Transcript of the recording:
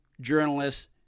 journalists